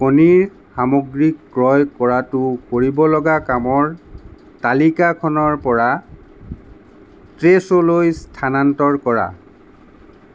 কণীৰ সামগ্ৰী ক্ৰয় কৰাটো কৰিবলগা কামৰ তালিকাখনৰ পৰা ট্ৰেছলৈ স্থানান্তৰ কৰা